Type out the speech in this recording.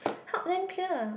help them clear ah